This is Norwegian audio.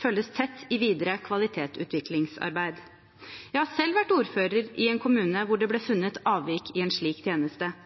følges tett i videre kvalitetsutviklingsarbeid. Jeg har selv vært ordfører i en kommune hvor det ble